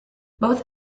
both